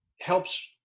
helps